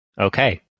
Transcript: Okay